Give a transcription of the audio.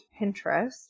Pinterest